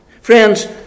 Friends